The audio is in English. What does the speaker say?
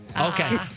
Okay